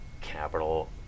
capital